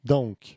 Donc